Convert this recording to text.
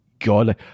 God